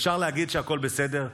אפשר להגיד שהכול בסדר?